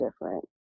different